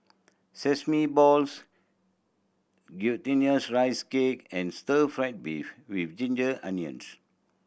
sesame balls Glutinous Rice Cake and stir fried beef with ginger onions